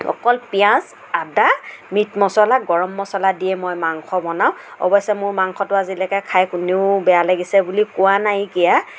অকল পিঁয়াজ আদা মিট মছলা গৰম মছলা দিয়েই মই মাংস বনাওঁ অৱশ্যে মোৰ মাংসটো আজিলৈকে খাই কোনেও বেয়া লাগিছে বুলি কোৱা নাইকিয়া